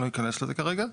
אני לא אכנס לזה כרגע,